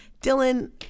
Dylan